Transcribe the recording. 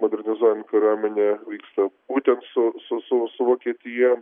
modernizuojant kariuomenę su būtent su su su vokietija